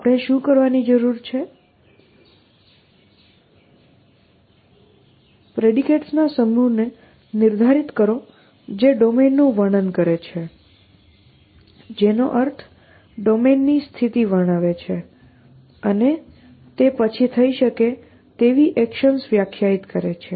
આપણે શું કરવાની જરૂર છે પ્રેડિકેટ્સના સમૂહને નિર્ધારિત કરો જે ડોમેનનું વર્ણન કરે છે જેનો અર્થ ડોમેનની સ્થિતિ વર્ણવે છે અને તે પછી થઇ શકે તેવી એકશન્સ વ્યાખ્યાયિત કરે છે